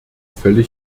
völlig